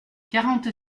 quarante